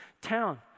town